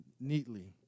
neatly